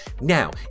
Now